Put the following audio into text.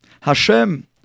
Hashem